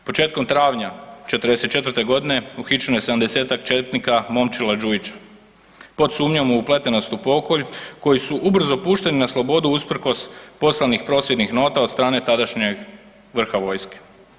Početkom travnja '44.g. uhićeno je 70-tak četnika Momčila Đujića pod sumnjom u upletenost u pokolj koji su ubrzo pušteni na slobodu usprkos poslanih prosvjetnih nota od strane tadašnjeg vrha vojske.